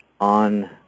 on